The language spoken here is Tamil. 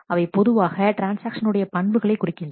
அவை பொதுவாக ட்ரான்ஸ்ஆக்ஷன் உடைய பண்புகளை குறிக்கின்றன